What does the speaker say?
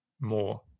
more